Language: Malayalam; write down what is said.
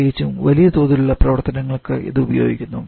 പ്രത്യേകിച്ചും വലിയ തോതിലുള്ള പ്രവർത്തനങ്ങൾക്ക് ഇത് ഉപയോഗിക്കുന്നു